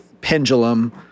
pendulum